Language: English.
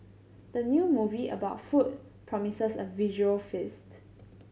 the new movie about food promises a visual feast